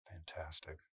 Fantastic